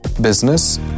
business